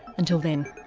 until then,